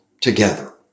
together